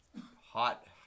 Hot